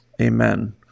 amen